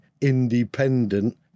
independent